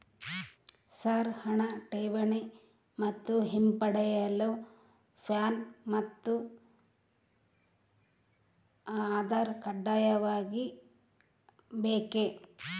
Sir ಹಣ ಠೇವಣಿ ಮತ್ತು ಹಿಂಪಡೆಯಲು ಪ್ಯಾನ್ ಮತ್ತು ಆಧಾರ್ ಕಡ್ಡಾಯವಾಗಿ ಬೇಕೆ?